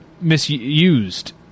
misused